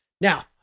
Now